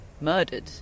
murdered